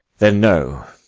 then know,